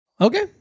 Okay